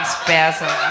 spasms